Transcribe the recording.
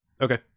Okay